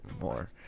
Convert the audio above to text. more